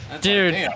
Dude